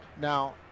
Now